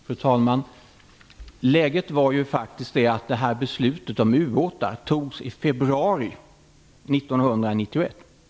Fru talman! Läget var faktiskt det att beslutet om ubåtar fattades i februari 1991.